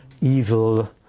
evil